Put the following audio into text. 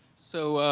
so,